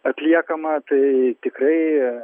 atliekama tai tikrai